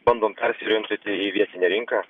bandom persiorientuoti į vietinę rinką